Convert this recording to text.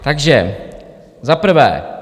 Takže za prvé.